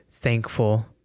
thankful